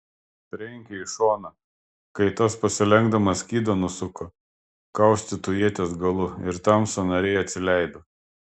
trenkė į šoną kai tas pasilenkdamas skydą nusuko kaustytu ieties galu ir tam sąnariai atsileido